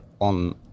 on